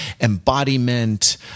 embodiment